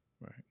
right